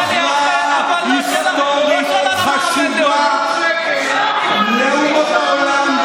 והוא מהווה הכרעה היסטורית חשובה לאומות העולם,